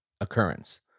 occurrence